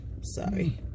sorry